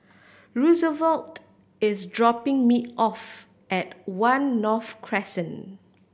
Roosevelt is dropping me off at One North Crescent